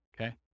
Okay